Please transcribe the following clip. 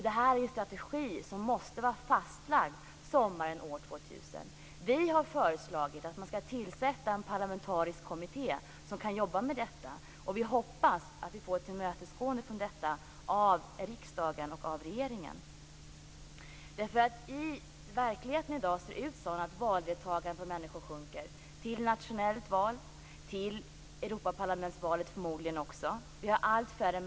Denna strategi måste vara fastlagd till sommaren år 2000. Vi har föreslagit att man skall tillsätta en parlamentarisk kommitté som kan jobba med detta. Vi hoppas att vi får detta önskemål tillmötesgått av riksdagen och regeringen. Verkligheten är i dag sådan att människors valdeltagande sjunker både i nationella val och förmodligen också i Europaparlamentsvalet.